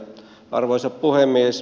arvoisa puhemies